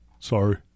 Sorry